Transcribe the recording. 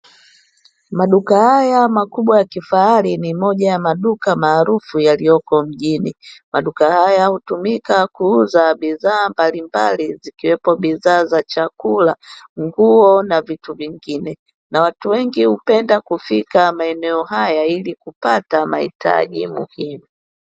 Maduka haya makubwa ya kifahari ni moja ya maduka maarufu yaliyoko mjini, maduka haya hutumika kuuza bidhaa mbalimbali ikiwepo bidhaa za chakula, nguo na vitu vingine na watu wengi hupenda kufika maeneo haya ili kupata mahitaji muhimu.